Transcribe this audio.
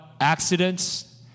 accidents